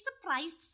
surprised